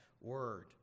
word